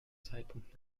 zeitpunkt